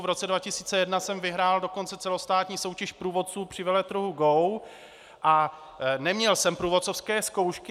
V roce 2001 jsem vyhrál dokonce celostátní soutěž průvodců při veletrhu GO a neměl jsem průvodcovské zkoušky.